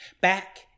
back